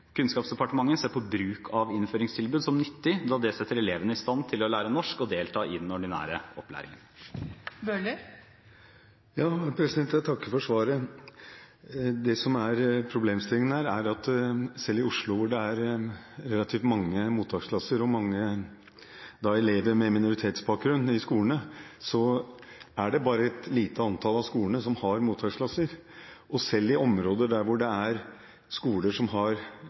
Kunnskapsdepartementet ser på bruk av innføringstilbud som nyttig, da det setter elevene i stand til å lære norsk og delta i den ordinære opplæringen. Jeg takker for svaret. Det som er problemstillingen her, er: Selv i Oslo, hvor det er relativt mange mottaksklasser og mange elever med minoritetsbakgrunn, er det bare et lite antall av skolene som har mottaksklasser. Selv i områder med skoler hvor over 90 pst. av elevene har minoritetsbakgrunn og annet morsmål er oppgitt, ligger det andre skoler ganske tett på som har